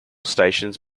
stations